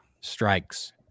strikes